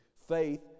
Faith